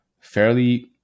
fairly